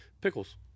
pickles